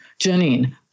Janine